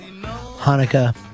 Hanukkah